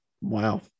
Wow